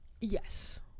Yes